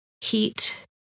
heat